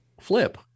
flip